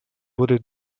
wurde